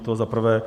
To za prvé.